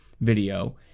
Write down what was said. video